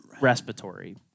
respiratory